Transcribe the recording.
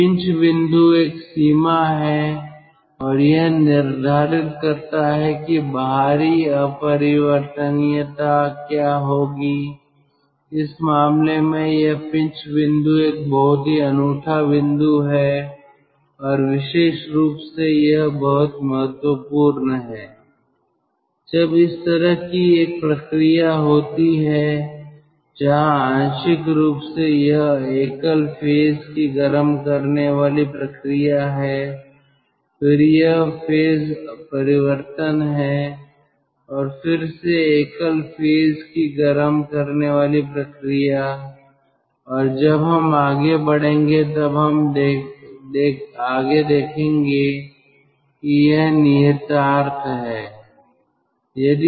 तो पिंच बिंदु एक सीमा है और यह निर्धारित करता है कि बाहरी अपरिवर्तनीयता क्या होगी इस मामले में यह पिंच बिंदु एक बहुत ही अनूठा बिंदु है और विशेष रूप से यह बहुत महत्वपूर्ण है जब इस तरह की एक प्रक्रिया होती है जहां आंशिक रूप से यह एकल फेज की गर्म करने वाली प्रक्रिया है फिर यह फेज परिवर्तन है और फिर से एकल फेज की गर्म करने वाली प्रक्रिया और जब हम आगे बढ़ेंगे तब हम आगे देखेंगे कि यह निहितार्थ है